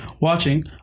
watching